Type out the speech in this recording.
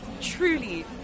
truly